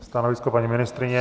Stanovisko paní ministryně?